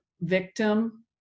victim